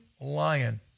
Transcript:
lion